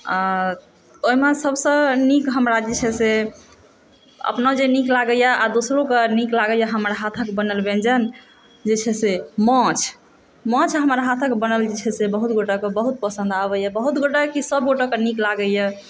आओर ओहिमे सबसँ नीक हमरा जे छै से अपना जे नीक लागैए दोसरोके जे नीक लागैए हमर हाथक बनल व्यञ्जन जे छै से माछ माछ जे हमर हाथक बनल जे छै से बहुत गोटाके बहुत पसन्द आबैए बहुत गोटाके की सब गोटाके नीक लागैए